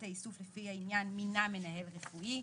האיסוף לפי העניין מינה מנהל רפואי,